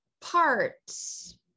parts